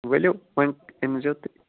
وَلِوٗ وۅنۍ أنۍ زیٚو تُہۍ